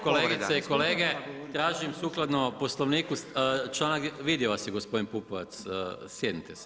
Kolegice i kolege, tražim sukladno Poslovniku članak, vidio vas je gospodin Pupovac, sjednite se.